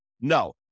No